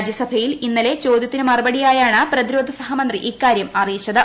രാജ്യസഭയിൽ ഇന്നലെ ചോദ്യത്തിന് മറുപടിയായാണ് പ്രി്തിരോധ സഹമന്ത്രി ഇക്കാര്യം അറിയിച്ചത്